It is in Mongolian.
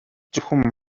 зөвхөн